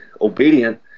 obedient